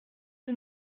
que